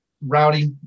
rowdy